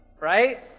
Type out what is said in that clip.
right